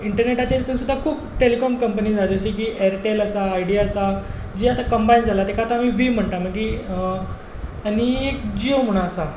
इंटरनॅटाचेर सुद्दां खूब telecom company आसात जशें की एयरटॅल आसा आयडिया आसा जें आतां कम्बायन जालां ताका आमी वी म्हणटात मागीर आनी एक जियो म्हणून आसा